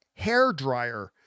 hairdryer